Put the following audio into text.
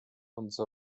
usw